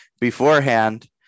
beforehand